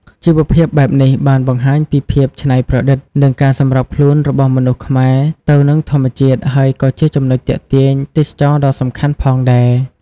ជីវភាពបែបនេះបានបង្ហាញពីភាពច្នៃប្រឌិត និងការសម្របខ្លួនរបស់មនុស្សខ្មែរទៅនឹងធម្មជាតិ ហើយក៏ជាចំណុចទាក់ទាញទេសចរណ៍ដ៏សំខាន់ផងដែរ។